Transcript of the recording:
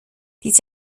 dies